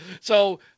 So-